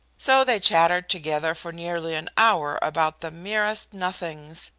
so they chattered together for nearly an hour about the merest nothings,